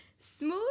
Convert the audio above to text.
smooth